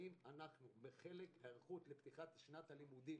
אם אנחנו כחלק מההיערכות ופתיחת שנת הלימודים,